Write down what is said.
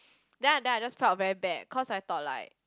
then I then I just felt very bad cause I thought like